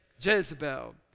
Jezebel